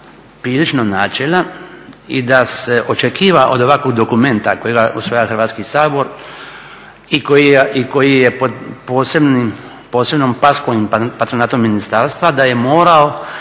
prilično načelan i da se očekivalo od ovakvog dokumenta kojega usvaja Hrvatski sabor i koji je pod posebnom paskom i patronatom ministarstva, da je morao